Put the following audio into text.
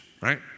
right